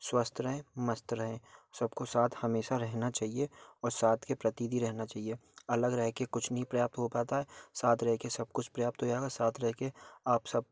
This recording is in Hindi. स्वस्थ रहें मस्त रहें सबको साथ हमेशा रहना चाहिए और साथ के प्रति भी रहना चाहिए अलग रह के कुछ नहीं प्राप्त हो पाता है साथ रह के सब कुछ प्राप्त हो जाएगा साथ रह के आप सब